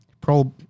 Pro